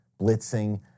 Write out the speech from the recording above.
blitzing